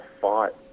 fought